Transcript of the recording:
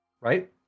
Right